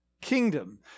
kingdom